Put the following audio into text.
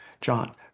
John